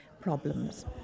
problems